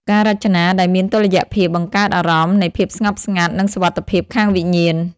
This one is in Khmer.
ការរចនា ដែលមានតុល្យភាពបង្កើតអារម្មណ៍នៃភាពស្ងប់ស្ងាត់និងសុវត្ថិភាពខាងវិញ្ញាណ។